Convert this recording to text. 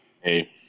Hey